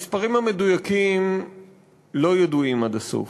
המספרים המדויקים לא ידועים עד הסוף,